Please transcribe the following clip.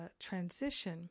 transition